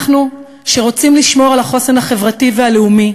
אנחנו, שרוצים לשמור על החוסן החברתי והלאומי,